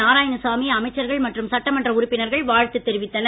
நாராயணசாமி அமைச்சர்கள் மற்றும் சட்ட மன்ற உறுப்பினர்கள் வாழ்த்து தெரிவித்தனர்